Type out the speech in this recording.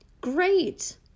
Great